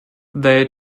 they